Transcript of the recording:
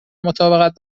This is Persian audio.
مطابقت